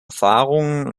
erfahrungen